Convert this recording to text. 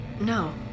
No